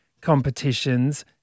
competitions